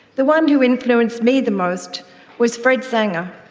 the one who influenced me the most was fred sanger,